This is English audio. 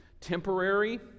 temporary